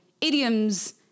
idioms